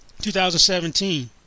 2017